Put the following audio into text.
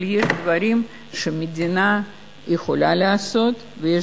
אבל יש דברים שהמדינה יכולה לעשות ויש